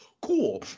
Cool